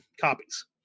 copies